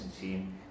team